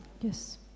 Yes